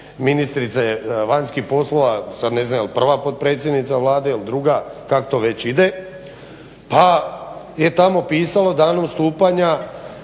ministrice vanjskih poslova sad ne znam jel prva potpredsjednica Vlade il druga kak to već ide, pa je tamo pisalo danom stupanja